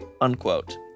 unquote